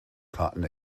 cotton